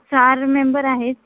चार मेंबर आहेत